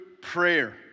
prayer